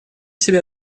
себе